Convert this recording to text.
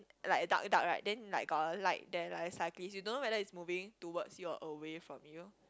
like dark dark right then like got a light there like cyclist you don't know whether is moving towards you or away from you